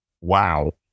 wow